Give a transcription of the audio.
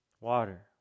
Water